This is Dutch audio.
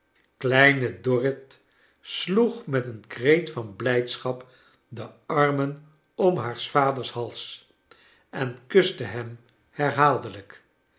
kleine dorrit sloeg met een kreot van blijdschap de armen om haars vaders hals en kuste hem herhaaldelijk